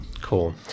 cool